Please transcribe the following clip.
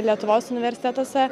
lietuvos universitetuose